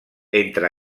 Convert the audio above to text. entre